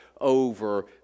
over